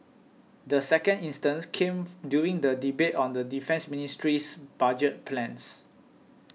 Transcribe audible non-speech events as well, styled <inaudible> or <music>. the second instance came <noise> during the debate on the Defence Ministry's budget plans